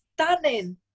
stunning